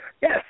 yes